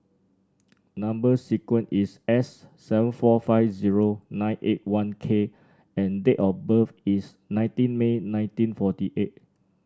number sequence is S seven four five zero nine eight one K and date of birth is nineteen May nineteen forty eight